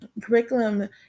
curriculum